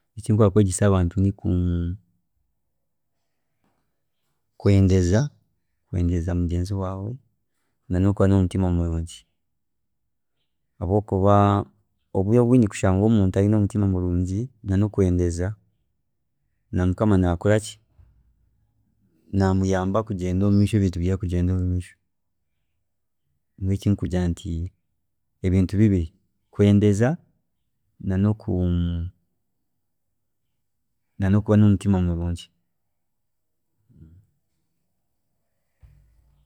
﻿Eki nkwenda kwegyesa abantu ni ku, kwendeza kwendeza mugyenzi waawe na nokuba nomutima murungi habwokuba obwiire obwingi kushanga omuntu ayine omutima murungi nokwendeza na Mukama nakora ki, namuyamba kugyenda omumeisho, nebintu byeeye kugyenda omumeisho nyowe eki nkugira nti, nebintu bibiri, kwendeza na noku, nokuba nomutima murungi.